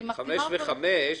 של חמש שנים וחמש שנים,